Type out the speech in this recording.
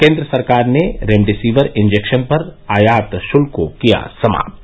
केन्द्र सरकार ने रेमडेसिविर इंजेक्शन पर आयात शुल्क को किया समाप्त